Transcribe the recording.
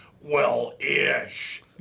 Well-ish